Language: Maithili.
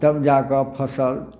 तब जाकऽ फसल